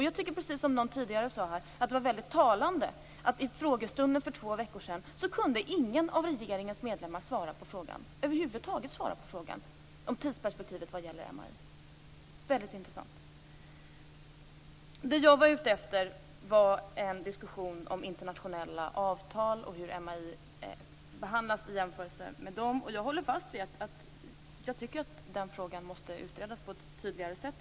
Jag tycker, precis som någon sade här tidigare, att det var väldigt talande att ingen av regeringens medlemmar kunde svara på frågan i frågestunden för två veckor sedan. De kunde över huvud taget inte svara på frågan om tidsperspektivet vad gäller MAI. Det är väldigt intressant. Det jag var ute efter var en diskussion om internationella avtal och hur MAI behandlas i jämförelse med dem. Jag håller fast vid att den frågan måste utredas på ett tydligare sätt.